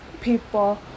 people